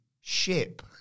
ship